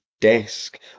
desk